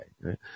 right